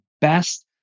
best